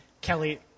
Kelly